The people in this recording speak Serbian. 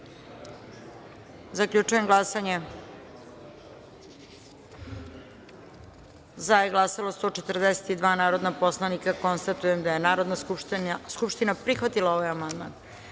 izjasnimo. Zaključujem glasanje: za su glasala 142 narodna poslanika. Konstatujem da je Narodna skupština prihvatila ovaj amandman. Na